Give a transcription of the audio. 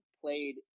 played